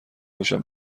باشم